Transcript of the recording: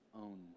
own